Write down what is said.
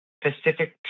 Pacific